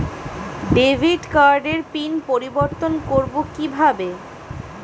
Debit কার্ডের pin পরিবর্তন করবো কীভাবে?